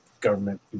government